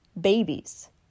Babies